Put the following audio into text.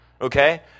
okay